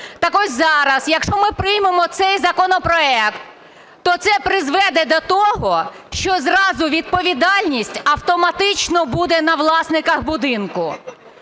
Так ось зараз, якщо ми приймемо цей законопроект, то це призведе до того, що зразу відповідальність автоматично буде на власниках будинку.